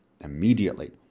immediately